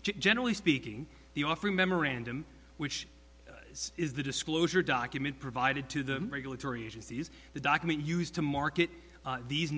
generally speaking the offering memorandum which is the disclosure document provided to the regulatory agencies the document used to market these